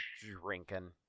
Drinking